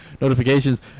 notifications